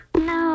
No